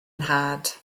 nhad